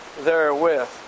therewith